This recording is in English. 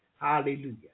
Hallelujah